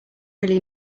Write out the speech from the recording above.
really